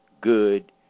good